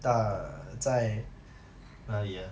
大在哪里啊